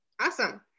Awesome